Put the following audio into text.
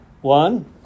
One